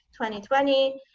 2020